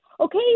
okay